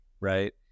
right